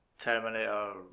Terminator